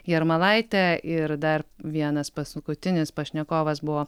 jarmalaite ir dar vienas paskutinis pašnekovas buvo